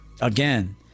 again